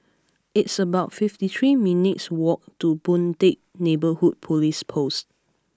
it's about fifty three minutes' walk to Boon Teck Neighbourhood Police Post